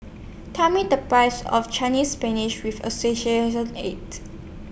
Tell Me The Price of Chinese Spinach with Associate ate